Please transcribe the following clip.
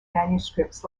manuscripts